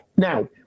Now